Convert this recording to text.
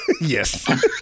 Yes